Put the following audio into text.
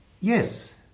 Yes